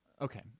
Okay